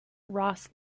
ross